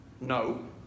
No